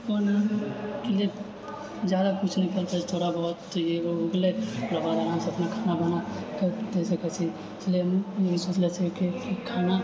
ओना एहिमे जादा किछु नहि करै पड़ै छै थोड़ा बहुत ये वो हो गेलै ओकर बाद आरामसँ अपना खाना बनाके दए सकै छी इसलिय हम ई सोचने छी कि खाना